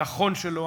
הנכון שלו,